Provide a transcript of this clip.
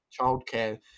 childcare